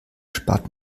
spart